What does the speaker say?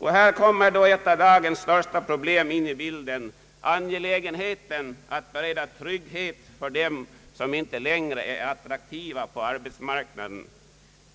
Här kommer ett av dagens största problem in i bilden, nämligen angelägenheten av att bereda trygghet för dem som inte längre är attraktiva på arbetsmarknaden.